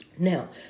Now